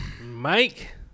Mike